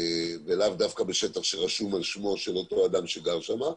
ולאו דווקא בשטח שרשום על שמו של אותו אדם שגר שם.